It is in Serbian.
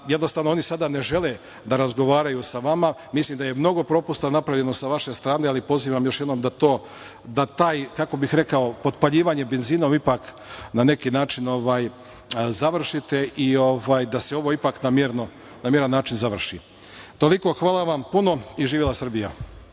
jednostavno oni sada ne žele da razgovaraju sa vama. Mislim da je mnogo propusta napravljeno sa vaše strane, ali pozivam još jednom da taj, kako bih rekao, potpaljivanje benzinom ipak na neki način završite i da se ovo ipak na miran način završi. Toliko. Hvala vam puno. Živela Srbija!